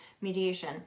mediation